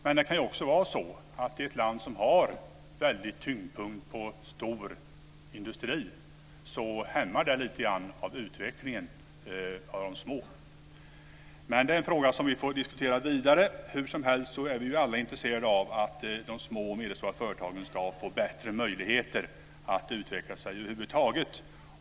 Men det kan också vara så att i ett land som har en tyngdpunkt på stor industri så hämmas utvecklingen av de små företagen lite grann. Men det är en fråga som vi får diskutera vidare. Hur som helst så är vi alla intresserade av att de små och medelstora företagen ska få bättre möjligheter att utvecklas över huvud taget.